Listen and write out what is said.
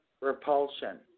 Repulsion